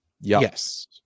Yes